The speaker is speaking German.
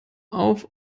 auf